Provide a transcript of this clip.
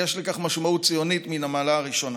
ויש לכך משמעות ציונית מן המעלה הראשונה.